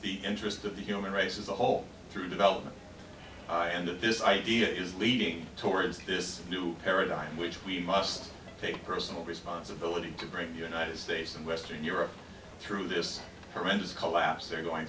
the interest of the human race as a whole through development i and that this idea is leading towards this new paradigm which we must take personal responsibility to bring the united states and western europe through this horrendous collapse they're going